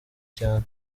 cyane